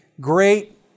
great